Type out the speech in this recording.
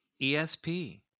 ESP